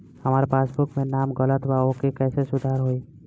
हमार पासबुक मे नाम गलत बा ओके कैसे सुधार होई?